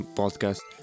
podcast